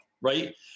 right